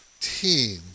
team